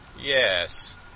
Yes